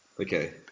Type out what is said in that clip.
Okay